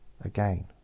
again